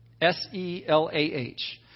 S-E-L-A-H